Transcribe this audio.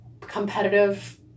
competitive